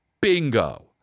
bingo